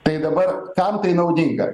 tai dabar kam tai naudinga